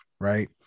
right